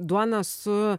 duona su